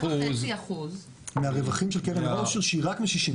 קטן --- 3.5% --- מהרווחים של קרן העושר שהיא רק משישינסקי.